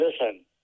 listen